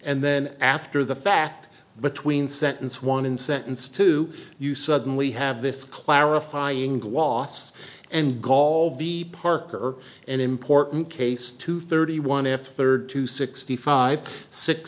and then after the fact but when sentence one in sentence two you suddenly have this clarifying gloss and gall v parker an important case to thirty one f thirty two sixty five six